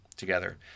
together